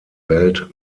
welt